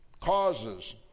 causes